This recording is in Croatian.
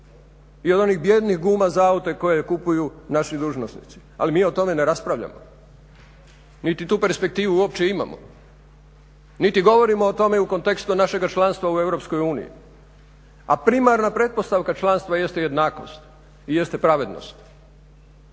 i od onih bijednih guma za aute koje kupuju naši dužnosnici ali mi o tome ne raspravljamo niti tu perspektivu uopće imamo niti govorimo o tome u kontekstu našega članstva u EU, a primarna pretpostavka članstva jeste jednakost, jeste pravednost.